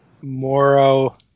Moro